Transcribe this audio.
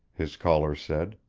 his caller said.